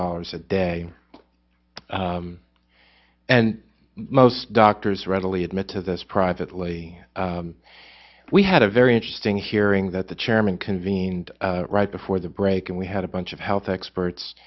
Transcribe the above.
dollars a day and most doctors readily admit to this privately we had a very interesting hearing that the chairman convened right before the break and we had a bunch of health experts